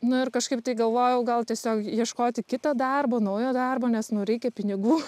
nu ir kažkaip tai galvojau gal tiesiog ieškoti kitą darbo naujo darbo nes nu reikia pinigų